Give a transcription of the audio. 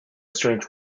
strange